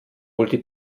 wohl